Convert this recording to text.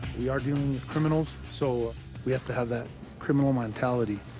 we are dealing with criminals, so ah we have to have that criminal mentality.